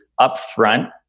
upfront